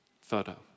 photo